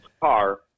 car